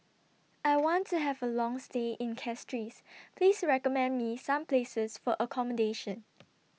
I want to Have A Long stay in Castries Please recommend Me Some Places For accommodation